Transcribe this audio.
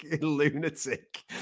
lunatic